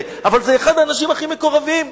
אבל זה אחד האנשים הכי מקורבים.